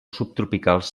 subtropicals